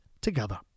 together